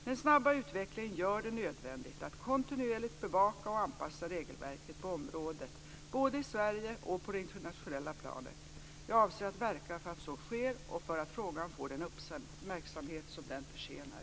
Den snabba utvecklingen gör det nödvändigt att kontinuerligt bevaka och anpassa regelverken på området både i Sverige och på det internationella planet. Jag avser att verka för att så sker och för att frågan får den uppmärksamhet den förtjänar.